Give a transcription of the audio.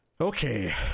Okay